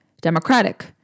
Democratic